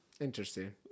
Interesting